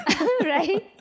right